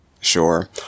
Sure